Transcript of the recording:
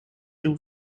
two